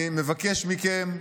אני מבקש מכם,